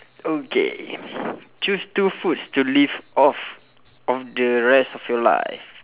okay choose two foods to live off of the rest of your life